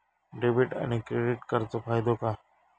Debit आणि credit कार्डचो फायदो काय?